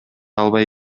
албай